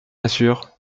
assure